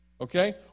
Okay